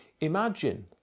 Imagine